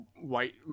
white